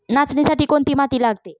नाचणीसाठी कोणती माती लागते?